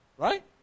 Right